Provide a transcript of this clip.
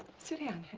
sit down